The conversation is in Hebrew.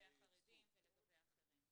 לגבי החרדים ולגבי האחרים.